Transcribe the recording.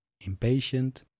impatient